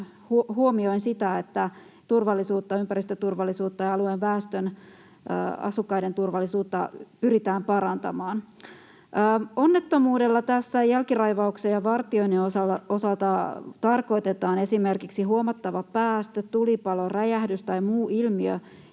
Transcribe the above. huomioin sen, että turvallisuutta, ympäristöturvallisuutta ja alueen väestön, asukkaiden turvallisuutta pyritään parantamaan. Onnettomuudella tässä jälkiraivauksen ja vartioinnin osalta tarkoitetaan esimerkiksi huomattavaa päästöä, tulipaloa, räjähdystä tai muuta ilmiötä,